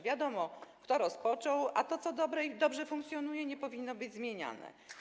Wiadomo, kto rozpoczął, a to, co dobre i dobrze funkcjonuje, nie powinno być zmieniane.